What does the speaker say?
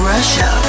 Russia